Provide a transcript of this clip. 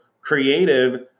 creative